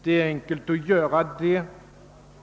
Det är enkelt att göra detta.